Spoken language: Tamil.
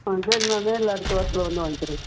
ஆ சரி நான் நேரில் அடுத்த வாரத்தில் வந்து வாங்கிக்கிறேங்க